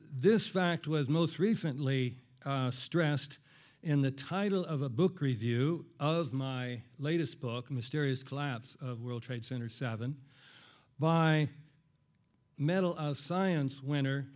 this fact was most recently stressed in the title of a book review of my latest book a mysterious collapse of world trade center seven by medal of science winner